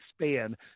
span